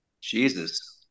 Jesus